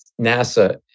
NASA